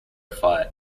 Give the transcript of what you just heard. fight